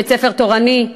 בית-ספר תורני,